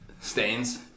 stains